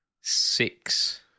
six